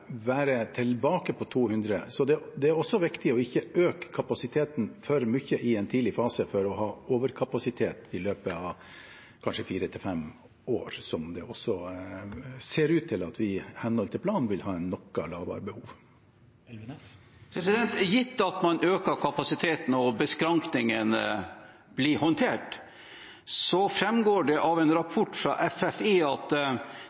være tilbake på 200 offiserer. Så det er også viktig ikke å øke kapasiteten for mye i en tidlig fase slik at man får en overkapasitet i løpet av kanskje fire–fem år, når det ser ut til, i henhold til planen, at vi vil ha et noe lavere behov. Gitt at man øker kapasiteten, og at beskrankningene blir håndtert, framgår det av en rapport fra FFI, Forsvarets forskningsinstitutt, at